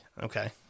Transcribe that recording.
Okay